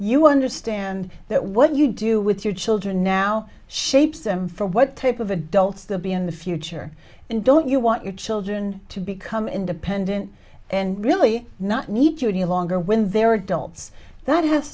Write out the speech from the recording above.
you understand that what you do with your children now shapes them for what type of adults the be in the future and don't you want your children to become independent and really not need you any longer when they're adults that ha